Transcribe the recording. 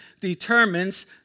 determines